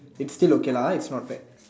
it's still okay lah ah it's not bad